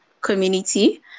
community